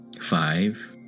Five-